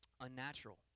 unnatural